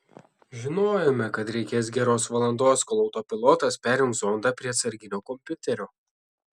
žinojome kad reikės geros valandos kol autopilotas perjungs zondą prie atsarginio kompiuterio